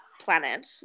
planet